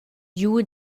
giu